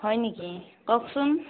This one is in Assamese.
হয় নেকি কওকচোন